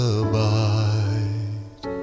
abide